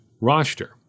roster